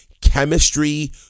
chemistry